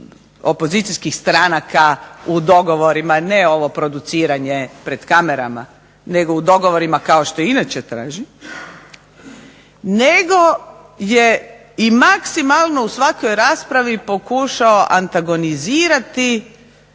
opozicijskih stranaka u dogovorima. Ne ovo produciranje pred kamerama, nego u dogovorima kao što inače traži nego je i maksimalno u svakoj raspravi pokušao antagonizirati